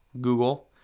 Google